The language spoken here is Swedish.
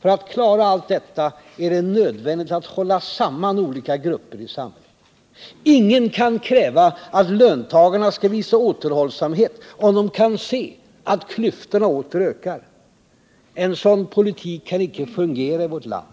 För att klara allt detta är det nödvändigt att hålla samman olika grupper i samhället. Ingen kan kräva att löntagarna skall visa återhållsamhet, om de kan se att klyftorna åter ökar. En sådan politik kan inte fungera i vårt land.